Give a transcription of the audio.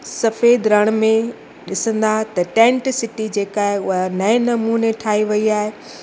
सफ़ेद रण में ॾिसंदा त टैंट सिटी जे का आहे उहा नएं नमूने ठाही वेई आहे